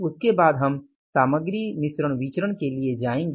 उसके बाद हम सामग्री मिश्रण विचरण के लिए जाएंगे